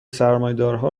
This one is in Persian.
سرمایهدارها